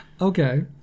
Okay